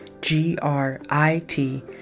G-R-I-T